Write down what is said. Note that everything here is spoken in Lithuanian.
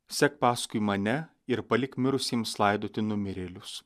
sek paskui mane ir palik mirusiems laidoti numirėlius